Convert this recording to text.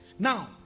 Now